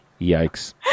Yikes